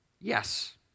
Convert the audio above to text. Yes